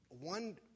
one